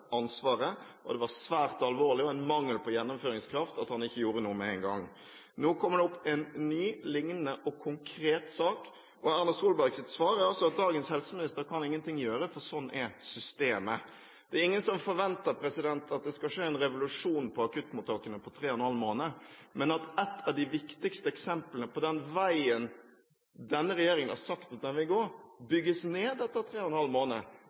var svært alvorlig og en mangel på gjennomføringskraft at han ikke gjorde noe med en gang. Nå kommer det opp en ny lignende og konkret sak. Erna Solbergs svar er altså at dagens helseminister kan ingenting gjøre, for sånn er systemet. Det er ingen som forventer at det skal skje en revolusjon på akuttmottakene på tre og en halv måned. Men at et av de viktigste eksemplene på den veien denne regjeringen har sagt den vil gå, bygges ned etter tre og en halv måned,